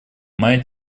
моя